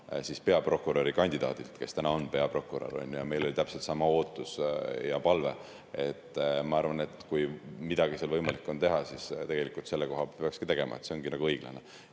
ka peaprokuröri kandidaadilt, kes täna on peaprokurör, ja meil oli täpselt sama ootus ja palve. Ma arvan, et kui midagi on seal võimalik teha, siis tegelikult selle koha pealt peakski tegema. See ongi õiglane.